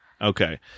okay